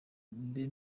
mbe